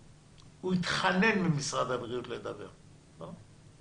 איש משרד הבריאות התחנן לדבר אבל לא נתתי לו: